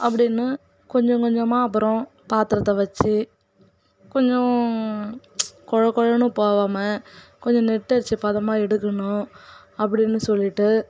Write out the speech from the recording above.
அப்படின்னு கொஞ்சம் கொஞ்சமாக அப்புறோம் பாத்திரத்த வச்சு கொஞ்சம் கொழ கொழனு போகாம கொஞ்சம் நெட்டரிச்ச பதமாக எடுக்கணும் அப்படின்னு சொல்லிட்டு